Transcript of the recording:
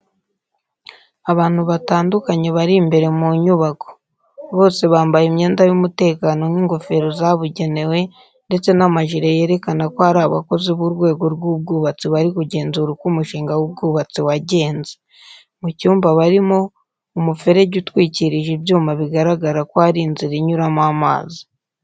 Abantu batandukanye bari imbere mu nyubako. Bose bambaye imyenda y'umutekano nk’ingofero zabugenewe ndetse n’amajire yerekana ko ari abakozi b’urwego rw’ubwubatsi bari kugenzura uko umushinga w'ubwubatsi wagenze. Mu cyumba barimo umuferege utwikirije ibyuma bigaragara ko ari inzira inyuramo amazi.